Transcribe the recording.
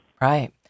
Right